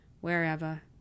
wherever